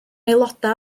aelodau